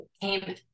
came